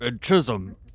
Chisholm